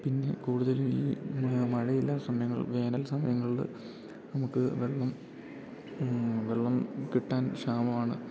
പിന്നെ കൂടുതലും ഈ മഴയില്ലാ സമയങ്ങൾ വേനൽ സമയങ്ങളില് നമുക്ക് വെള്ളം വെള്ളം കിട്ടാൻ ക്ഷാമമാണ്